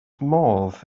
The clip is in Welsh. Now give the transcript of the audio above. modd